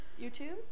YouTube